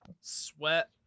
sweat